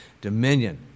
dominion